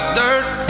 dirt